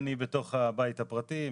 אני בתוך הבית הפרטי.